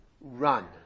run